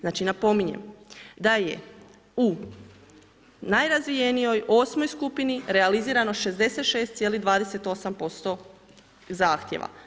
Znači napominjem da je u najrazvijenijoj 8. skupini realizirano 66,28% zahtjeva.